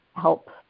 help